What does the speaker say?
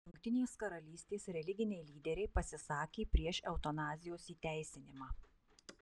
jungtinės karalystės religiniai lyderiai pasisakė prieš eutanazijos įteisinimą